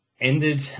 ended